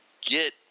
get